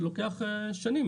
זה יישום שלוקח שנים.